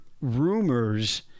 rumors